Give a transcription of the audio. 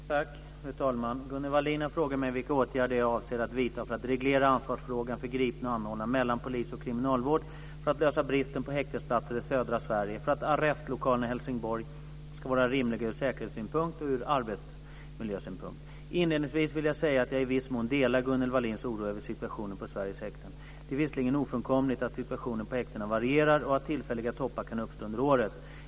Fru talman! Gunnel Wallin har frågat mig vilka åtgärder jag avser att vidta för att reglera ansvarsfrågan för gripna och anhållna mellan polis och kriminalvård, för att lösa bristen på häktesplatser i södra Sverige och för att arrestlokalerna i Helsingborg ska vara rimliga ur säkerhetssynpunkt och ur arbetsmiljösynpunkt. Inledningsvis vill jag säga att jag i viss mån delar Gunnel Wallins oro över situationen på Sveriges häkten. Det är visserligen ofrånkomligt att situationen på häktena varierar och att tillfälliga toppar kan uppstå under året.